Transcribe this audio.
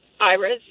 Iris